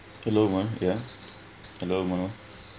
hello man yeah hello mah